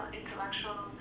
intellectual